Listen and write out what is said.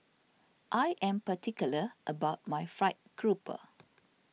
I am particular about my Fried Grouper